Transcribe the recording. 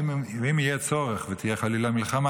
ואם יהיה צורך וחלילה תהיה מלחמה,